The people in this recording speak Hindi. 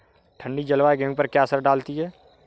ठंडी जलवायु गेहूँ पर क्या असर डालती है?